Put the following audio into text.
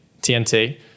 TNT